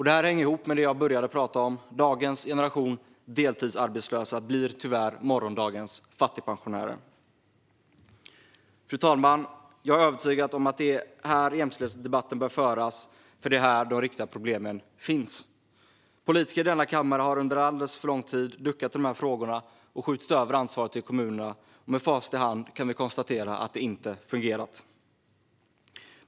Det här hänger ihop med det jag började med att tala om, att dagens generation deltidsarbetslösa tyvärr blir morgondagens fattigpensionärer. Fru talman! Jag är övertygad om att det är här jämställdhetsdebatten bör föras. Det är nämligen här de riktiga problemen finns. Politiker i denna kammare har under alldeles för lång tid duckat i de här frågorna och skjutit över ansvaret till kommunerna. Med facit i hand kan vi konstatera att det inte har fungerat.